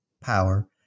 Power